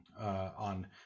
on